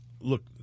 look